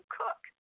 cook